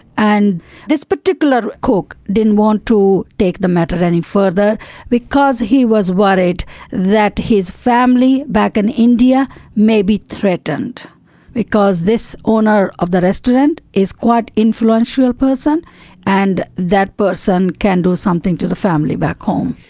and this particular cook didn't want to take the matter any further because he was worried that his family back in india may be threatened because this owner of the restaurant is quite influential person and that person can do something to the family back home.